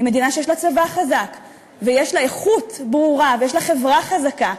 היא מדינה שיש לה צבא חזק ויש לה איכות ברורה ויש לה חברה חזקה.